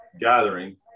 gathering